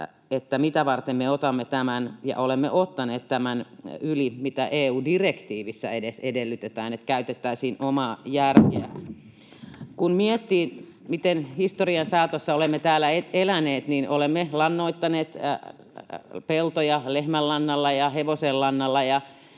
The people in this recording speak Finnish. mitä varten me otamme ja olemme ottaneet tämän yli sen, mitä EU-direktiivissä edes edellytetään. Käytettäisiin omaa järkeä. Kun miettii, miten historian saatossa olemme täällä eläneet, niin olemme lannoittaneet peltoja lehmänlannalla ja hevosenlannalla,